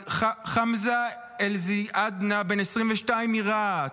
חמזה אלזיאדנה, בן 22, מרהט,